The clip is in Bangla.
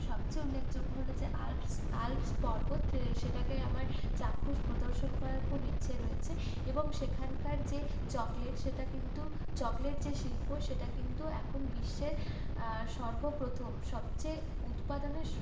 সবচেয়ে উল্লেখযোগ্য হলো যে আল্পস আল্পস পর্বত সেটাকে আমার চাক্ষুস প্রদর্শন করার খুব ইচ্ছে রয়েছে এবং সেখানকার যে চকলেট সেটা কিন্তু চকলেট যে শিল্প সেটা কিন্তু এখন বিশ্বের সর্বপ্রথম সবচেয়ে উৎপাদনে